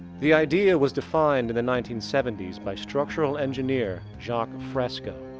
the idea was defined in the nineteen seventy s by structural engineer jacque fresco.